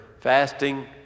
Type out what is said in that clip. fasting